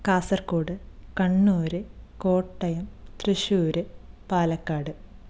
Kasaragod Kannur Kottayam Thrissur Palakkad